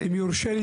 אם יורשה לי,